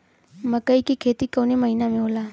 मकई क खेती कवने महीना में होला?